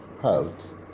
health